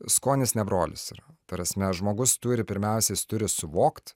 skonis ne brolis yra ta prasme žmogus turi pirmiausia jis turi suvokt